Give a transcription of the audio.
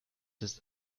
ist